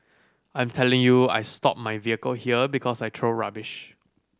I'm telling you I stop my vehicle here because I throw rubbish